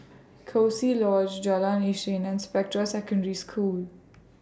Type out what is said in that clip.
Coziee Lodge Jalan Isnin and Spectra Secondary School